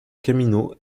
camino